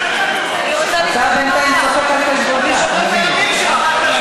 אתה בינתיים צוחק על חשבונך, אתה מבין את זה, כן?